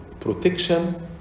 protection